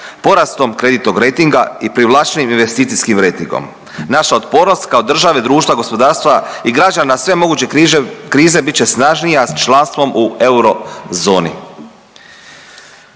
porastom kreditnog rejtinga i privlačenjem investicijskim rejtingom, naša otpornost kao države, društva, gospodarstva i građana, svemoguće krize bit će snažnija članstvom u eurozoni.